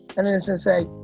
and then it's gonna say,